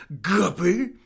Guppy